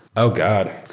oh god!